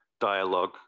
dialogue